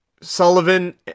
Sullivan